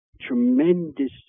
tremendous